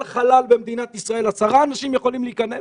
חלל במדינת ישראל 10 אנשים יכולים להיכנס